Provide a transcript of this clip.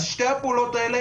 אז את שתי הפעולות האלה,